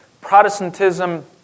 Protestantism